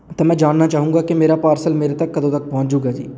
ਅਤੇ ਮੈਂ ਜਾਣਨਾ ਚਾਹੂੰਗਾ ਕਿ ਮੇਰਾ ਪਾਰਸਲ ਮੇਰੇ ਤੱਕ ਕਦੋਂ ਤੱਕ ਪਹੁੰਚ ਜੂਗਾ ਜੀ